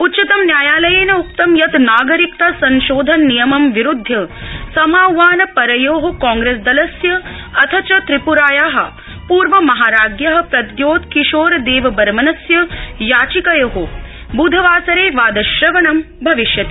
उच्चतमन्यायालयेन उक्तं यत् नागरिकता संशोधन नियमम् विरूध्य समाहवान् परायाम् कांग्रेसदलस्य अथ च त्रिप्राया पूर्वमहाराज़ प्रद्योत् किशोरदेवबर्मनस्य याचिकयो ब्धवासरे वादश्रवणं भविष्यति